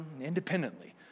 independently